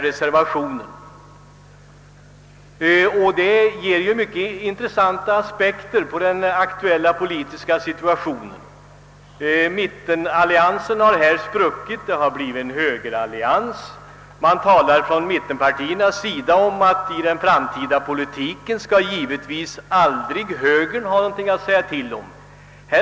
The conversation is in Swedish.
Detta ger mycket intressanta aspekter på den aktuella politiska situationen. Mittenalliansen har här spruckit, och det har i stället blivit en högerallians. Mittenpartierna har sagt, att högern givetvis aldrig kommer att få någonting att säga till om i den framtida politiken.